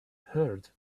heard